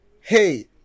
hey